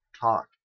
talk